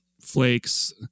flakes